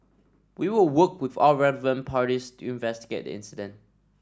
we will work with all relevant parties to investigate the incident